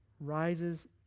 Rises